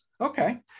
Okay